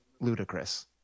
ludicrous